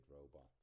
robots